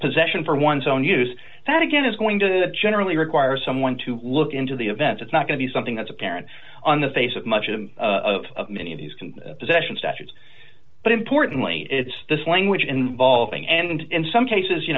possession for one's own use that again is going to generally require someone to look into the event it's not going to be something that's apparent on the face of much of many of these can possession statutes but importantly it's this language involving and in some cases you